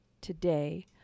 today